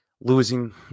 losing